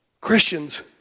Christians